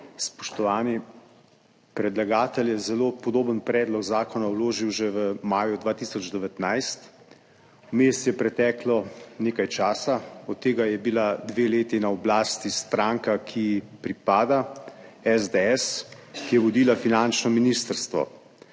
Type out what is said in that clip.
Spoštovani predlagatelj je zelo podoben predlog zakona vložil že v maju 2019. Vmes je preteklo nekaj časa, od tega je bila dve leti na oblasti stranka, ki ji pripada, SDS, ki je vodila finančno ministrstvo.